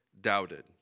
doubted